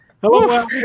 Hello